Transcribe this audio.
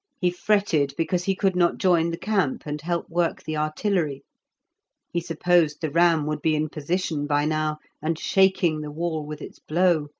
he fretted because he could not join the camp and help work the artillery he supposed the ram would be in position by now and shaking the wall with its blow.